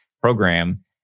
program